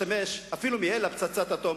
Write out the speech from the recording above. אפילו אם תהיה לה פצצת אטום,